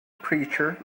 preacher